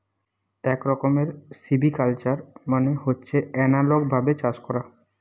এক রকমের সিভিকালচার মানে হচ্ছে এনালগ ভাবে চাষ করা